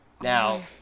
Now